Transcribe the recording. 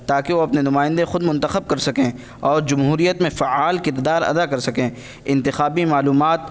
تاکہ وہ اپنے نمائندے خود منتخب کر سکیں اور جمہوریت میں فعال کردار ادا کر سکیں انتخابی معلومات